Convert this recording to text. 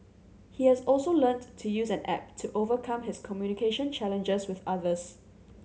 he has also learnt to use an app to overcome his communication challenges with others